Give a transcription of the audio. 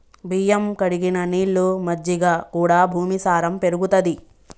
బియ్యం కడిగిన నీళ్లు, మజ్జిగ కూడా భూమి సారం పెరుగుతది